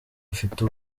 afite